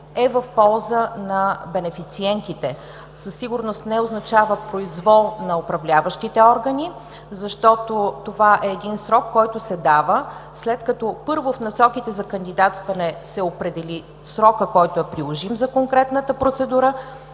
е в полза на бенефициентите. Със сигурност не означава произвол на управляващите органи, защото това е срок, който се дава след като, първо, в насоките за кандидатстване се определи срокът, който е приложим за конкретната процедура,